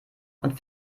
und